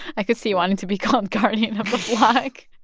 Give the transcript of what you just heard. i could see you wanting to be called guardian of the flock